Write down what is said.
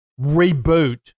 reboot